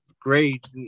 Great